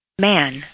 Man